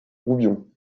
roubion